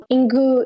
Ingu